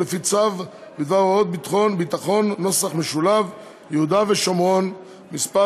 או לפי צו בדבר הוראות ביטחון (יהודה והשומרון) (מס'